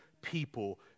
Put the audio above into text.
people